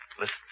Listen